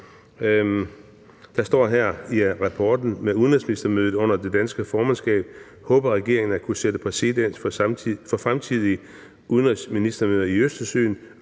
Der står her i redegørelsen: »Med udenrigsministermødet under det danske formandskab håber regeringen at kunne sætte præcedens for fremtidige udenrigsministermøder i Østersørådet